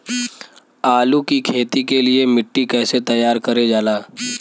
आलू की खेती के लिए मिट्टी कैसे तैयार करें जाला?